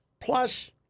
plus